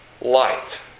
light